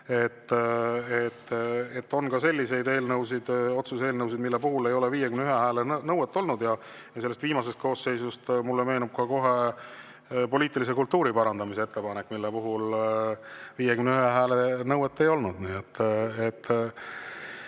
ole. On ka selliseid otsuse eelnõusid, mille puhul ei ole 51 hääle nõuet olnud. Sellest viimasest koosseisust mulle meenub kohe poliitilise kultuuri parandamise ettepanek, mille puhul 51 hääle nõuet ei olnud.